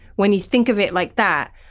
when you think of it like that,